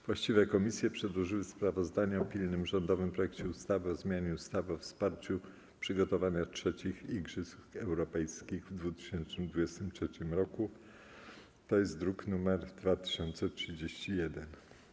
Właściwe komisje przedłożyły sprawozdanie o pilnym rządowym projekcie ustawy o zmianie ustawy o wsparciu przygotowania III Igrzysk Europejskich w 2023 roku, druk nr 2031.